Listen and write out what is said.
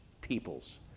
peoples